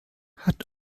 hat